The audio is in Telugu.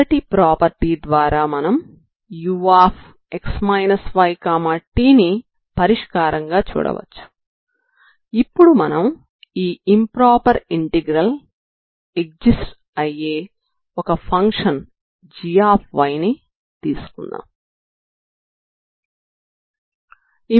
మొదటి ప్రాపర్టీ ద్వారా మనం ux yt ని పరిష్కారంగా చూడవచ్చు ఇప్పుడు మనం ఈ ఇంప్రొపర్ ఇంటిగ్రల్ ఎక్జిస్ట్స్ అయ్యే ఒక ఫంక్షన్ g ని తీసుకుందాం